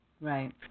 right